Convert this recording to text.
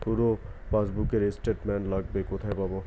পুরো পাসবুকের স্টেটমেন্ট লাগবে কোথায় পাব?